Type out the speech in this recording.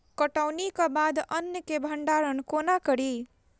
कटौनीक बाद अन्न केँ भंडारण कोना करी?